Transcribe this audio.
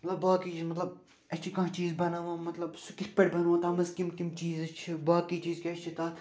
مطلب باقٕے یہِ مطلب أسۍ چھُ کانٛہہ چیٖز بناوان مطلب سُہ کِتھ پٲٹھۍ بناوو تَتھ منٛز کِم کِم چیٖز چھِ باقٕے چیٖز کیٛاہ چھِ تَتھ